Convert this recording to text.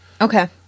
Okay